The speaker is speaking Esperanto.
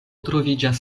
troviĝas